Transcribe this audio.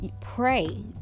pray